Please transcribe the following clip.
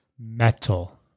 metal